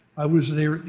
i was there at the